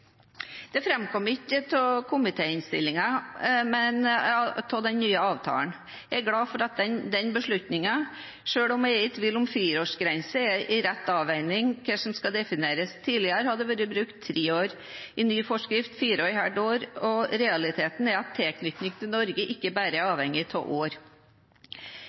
ikke av komitéinnstillingen, men av den nye avtalen. Jeg er glad for denne beslutningen, selv om jeg er i tvil om fireårsgrensen er en riktig avveining av hva som skal defineres. Tidligere har det vært brukt tre år, i ny forskrift fire og et halvt år. Realiteten er at tilknytningen til Norge ikke bare er avhengig av år.